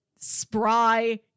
spry